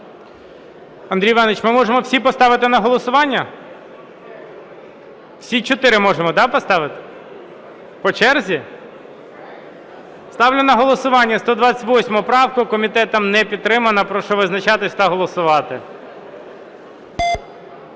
Андрій Іванович, ми можемо всі поставити на голосування? Всі чотири можемо поставити? По черзі? Ставлю на голосування 128 правку. Комітетом не підтримана. Прошу визначатись та голосувати.